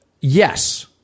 yes—